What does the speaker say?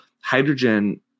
hydrogen